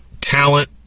talent